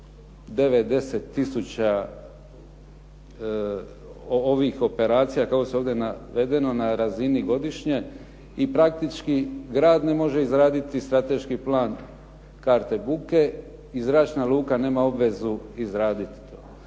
tisuća ovih operacija kako se ovdje navedeno na razini godišnje i praktički grad ne može izraditi strateški plan karte buke i zračna luka nema obvezu izraditi to.